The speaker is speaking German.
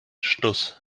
stuss